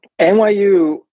NYU